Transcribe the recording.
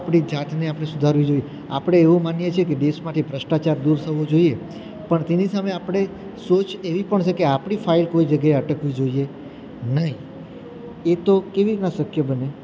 આપણી જાતને આપણે સુધારવી જોઈએ આપણે એવું માનીએ છીએ કે દેશમાંથી ભ્રષ્ટાચાર દૂર થવો જોઈએ પણ તેની સામે આપણે સોચ એવી પણ છેકે આપણી ફાઇલ કોઈ જગ્યાએ અટકવી જોઈએ નહીં એતો કેવી રીતના શક્ય બને